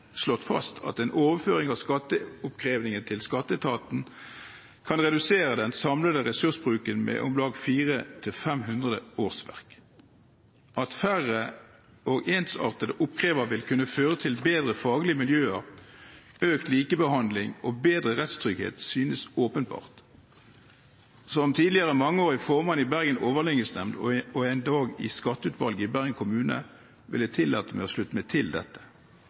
slått fast at en overføring av skatteoppkrevingen til Skatteetaten kan redusere den samlede ressursbruken med om lag 400–500 årsverk. At færre og ensartede oppkrevere vil kunne føre til bedre faglige miljøer, økt likebehandling og økt rettstrygghet, synes åpenbart. Som tidligere mangeårig formann i Bergen overligningsnemnd og endog i Skatteutvalget i Bergen kommune vil jeg tillate meg å slutte meg til dette.